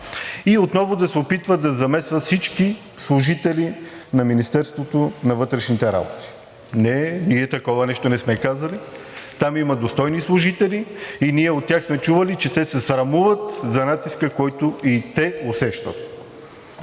и отново да се опитва да замесва всички служители на Министерството на вътрешните работи. Не, ние такова нещо не сме казали. Там има достойни служители. Ние от тях сме чували, че те се срамуват за натиска, който и те усещат.